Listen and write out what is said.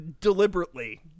deliberately